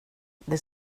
det